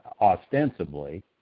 ostensibly